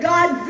God